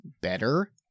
better